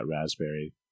raspberry